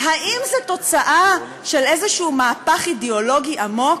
האם זו תוצאה של איזה מהפך אידיאולוגי עמוק,